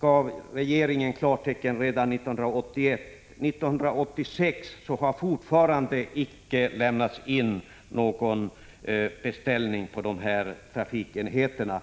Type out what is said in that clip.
gav regeringen klartecken redan 1981. Ännu år 1986 har det icke lämnats in någon beställning på dessa trafikenheter.